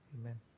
Amen